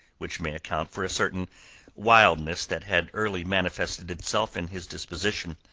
which may account for a certain wildness that had early manifested itself in his disposition.